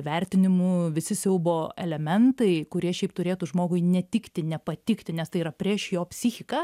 vertinimu visi siaubo elementai kurie šiaip turėtų žmogui netikti nepatikti nes tai yra prieš jo psichiką